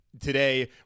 today